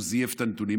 הוא זייף את הנתונים.